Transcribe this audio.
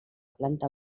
planta